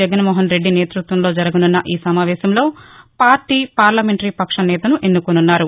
జగన్మోహన్ రెడ్డి నేతృత్వంలో జరగనున్న ఈ సమావేశంలో పార్లీ పార్లమెంటరీపక్ష నేతను ఎన్నుకోనున్నారు